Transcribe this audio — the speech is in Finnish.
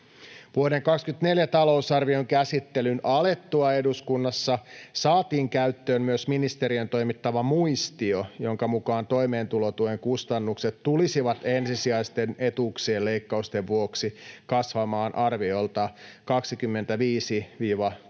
Vuoden 24 talousarvion käsittelyn alettua eduskunnassa saatiin käyttöön myös ministeriön toimittama muistio, jonka mukaan toimeentulotuen kustannukset tulisivat ensisijaisten etuuksien leikkausten vuoksi kasvamaan arviolta 25—30